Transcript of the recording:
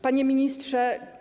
Panie Ministrze!